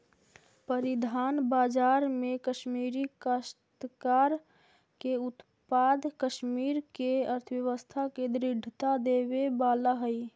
परिधान बाजार में कश्मीरी काश्तकार के उत्पाद कश्मीर के अर्थव्यवस्था के दृढ़ता देवे वाला हई